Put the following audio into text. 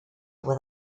with